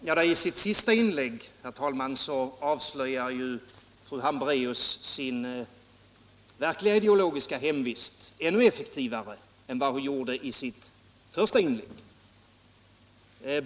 Herr talman! I sitt sista inlägg avslöjar fru Hambraeus sitt verkliga ideologiska hemvist ännu effektivare än hon gjorde i sitt första inlägg.